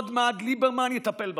עוד מעט ליברמן יטפל בכם,